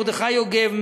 מרדכי יוגב,